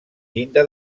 llinda